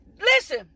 Listen